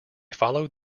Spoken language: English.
followed